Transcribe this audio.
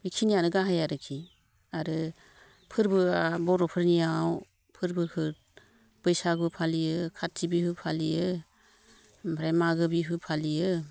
बेखिनियानो गाहाइ आरोकि आरो फोरबोआ बर'फोरनियाव फोरबोखौ बैसागु फालियो खाथि बिहु फालियो ओमफ्राय मागो बिहु फालियो